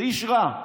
זה איש רע,